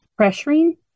pressuring